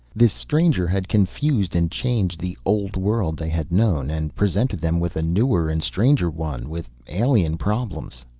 this stranger had confused and changed the old world they had known, and presented them with a newer and stranger one, with alien problems.